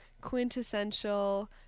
quintessential